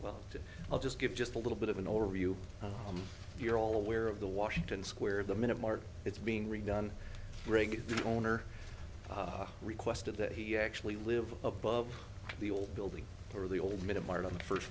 well i'll just give just a little bit of an overview you're all aware of the washington square the minute mark it's being redone rig owner requested that he actually live above the old building or the old minute mark on the first